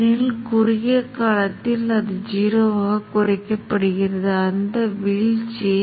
எனவே அதைத் திட்டமிடுவது நல்ல யோசனையாக இருக்கலாம் அதை நான் பின்னர் செய்வேன்